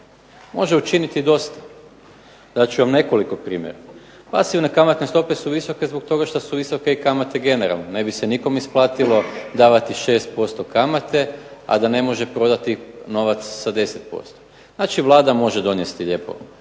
Može učiniti dosta. Dat ću vam nekoliko primjera. Pasivne kamatne stope su visoke zbog toga što su visoke i kamate generalno. Ne bi se nikome isplatilo davati 6% kamate, a da ne može prodati novac sa 10%. Znači Vlada može donijeti lijepo